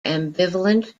ambivalent